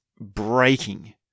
breaking